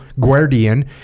guardian